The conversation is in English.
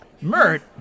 Mert